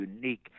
unique